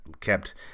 kept